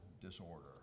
disorder